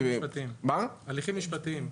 בהליכים משפטיים.